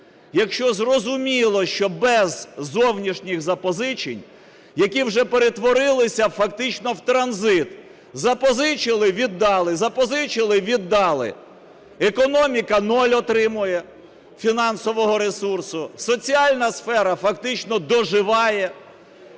якщо зрозуміло, що без зовнішніх запозичень, які вже перетворилися фактично в транзит, запозичили – віддали, запозичили – віддали. Економіка нуль отримує фінансового ресурсу, соціальна сфера фактично доживає.